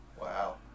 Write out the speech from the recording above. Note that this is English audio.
Wow